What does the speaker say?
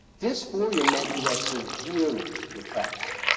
dysphoria meant you were severely depressed.